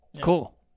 Cool